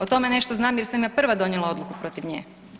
O tome nešto znam jer sam ja prva donijela odluku protiv nje.